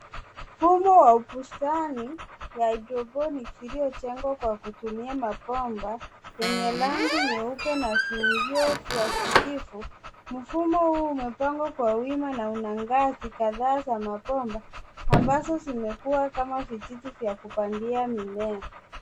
Mfumo wa bustani ya hydoponics iliojengwa kwa kutumia mapomba enye rangi nyeupe na kifungio vya kijivu. Mfumo huu imepangwa kwa wima na una ngazi kataa za mapomba ambazo zimekuwa kama vijiti vya kupandia mimea.